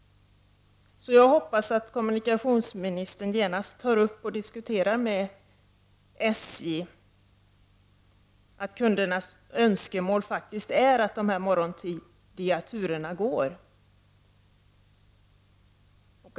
Jag hoppas alltså att kommunikationsministern genast tar upp detta och i diskussioner med SJ framhåller att kundernas önskemål faktiskt är att de här morgontidiga turerna går.